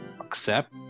accept